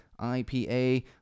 IPA